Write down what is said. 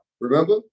remember